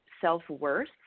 self-worth